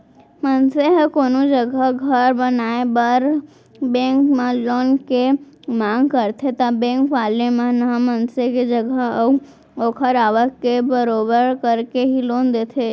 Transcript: मनसे ह कोनो जघा घर बनाए बर बेंक म लोन के मांग करथे ता बेंक वाले मन ह मनसे के जगा अऊ ओखर आवक के बरोबर करके ही लोन देथे